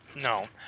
no